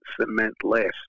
cement-less